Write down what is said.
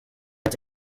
ati